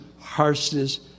harshness